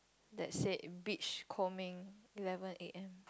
that said beach combing eleven A_M